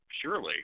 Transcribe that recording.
surely